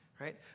right